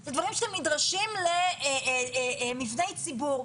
זה דברים שאתם נדרשים למבני ציבור.